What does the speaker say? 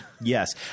Yes